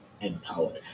empowered